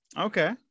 okay